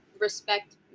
respect